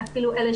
אפילו אלה